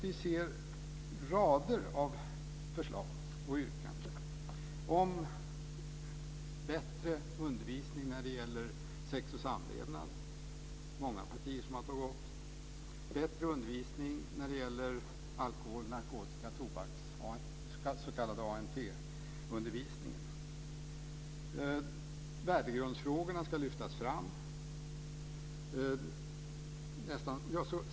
Vi ser rader av förslag och yrkanden om bättre undervisning när det gäller sex och samlevnad. Det är många partier som har tagit upp det. Vi ser förslag om bättre undervisning när det gäller alkohol, narkotika och tobak, den s.k. ANT undervisningen. Värdegrundsfrågorna ska lyftas fram.